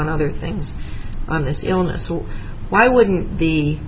on other things on this illness so why wouldn't